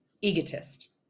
egotist